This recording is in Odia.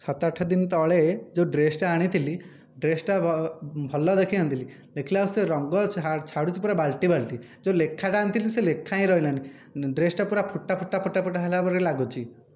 ସାତ ଆଠ ଦିନ ତଳେ ଯେଉଁ ଡ୍ରେସ୍ଟା ଆଣିଥିଲି ଡ୍ରେସ୍ଟା ଭଲ ଦେଖିକି ଆଣିଥିଲି ଦେଖିଲା ଆସୁ ସେ ରଙ୍ଗ ଛାଡ଼ୁଛି ପୁରା ବାଲ୍ତି ବାଲ୍ତି ଯେଉଁ ଲେଖାଟା ଆଣିଥିଲି ସେ ଲେଖା ହିଁ ରହିଲାନି ଡ୍ରେସ୍ଟା ପୁରା ଫୁଟା ଫୁଟା ଫୁଟା ଫୁଟା ହେଲାପରି ଲାଗୁଛି